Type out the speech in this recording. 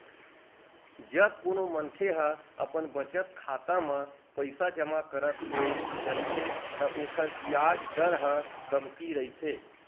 जब कोनो मनखे ह अपन बचत खाता म पइसा जमा करत होय चलथे त ओखर बियाज दर ह कमती रहिथे